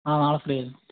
ആ നാളെ ഫ്രീ ആണ്